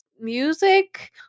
music